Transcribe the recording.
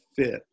fit